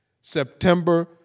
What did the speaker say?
September